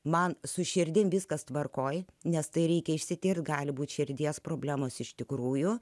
man su širdim viskas tvarkoje nes tai reikia išsitirti gali būti širdies problemos iš tikrųjų